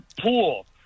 pool